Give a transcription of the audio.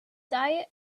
diet